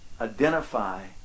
identify